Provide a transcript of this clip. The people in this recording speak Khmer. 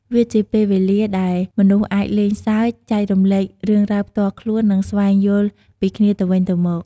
វាជាពេលវេលាដែលមនុស្សអាចលេងសើច ចែករំលែករឿងរ៉ាវផ្ទាល់ខ្លួន និងស្វែងយល់ពីគ្នាទៅវិញទៅមក។